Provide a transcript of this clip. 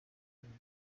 bintu